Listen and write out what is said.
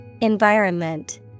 Environment